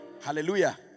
Hallelujah